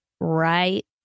right